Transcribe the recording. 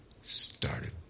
started